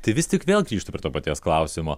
tai vis tik vėl grįžtu prie to paties klausimo